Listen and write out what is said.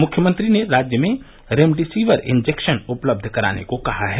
मुख्यमंत्री ने राज्य में रेमडेसिविर इन्जेक्शन उपलब्ध कराने को कहा है